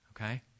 Okay